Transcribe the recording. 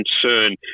concern